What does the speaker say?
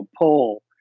pull